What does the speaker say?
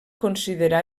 considerar